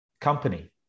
company